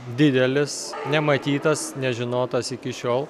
didelis nematytas nežinotas iki šiol